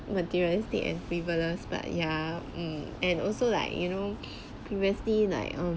materialistic and frivolous but ya mm and also like you know previously like um